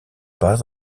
pas